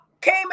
came